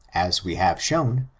as we have shown,